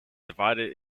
divided